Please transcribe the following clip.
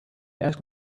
asked